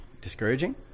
discouraging